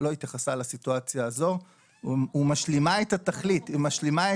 שלא התייחסה לסיטואציה הזו ומשלימה את התכלית.